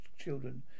children